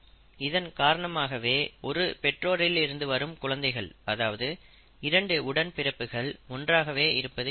இதன் காரணமாகவே ஒரு பெற்றோரில் இருந்து வரும் குழந்தைகள் அதாவது 2 உடன்பிறப்புகள் ஒன்றாகவே இருப்பது கிடையாது